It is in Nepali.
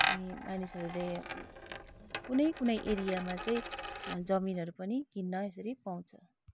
अनि मानिसहरूले कुनै कुनै एरियामा चाहिँ जमिनहरू पनि किन्न यसरी पाउँछ